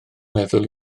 meddwl